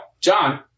John